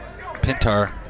Pintar